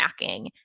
snacking